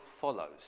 follows